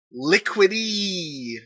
liquidy